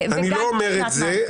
אני לא אומר את זה.